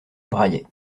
braillaient